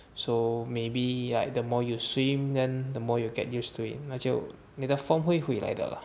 so maybe like the more you swim then the more you get use to it 那就你的峰会回来的 lah